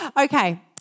Okay